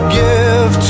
give